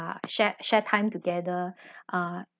ah share share time together uh